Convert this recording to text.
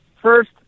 First